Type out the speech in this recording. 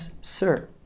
sir